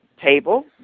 table